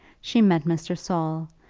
she met mr. saul,